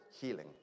healing